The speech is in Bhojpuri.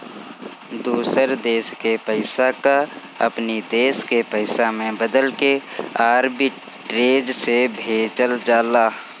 दूसर देस के पईसा कअ अपनी देस के पईसा में बदलके आर्बिट्रेज से भेजल जाला